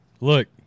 Look